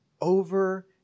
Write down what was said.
Over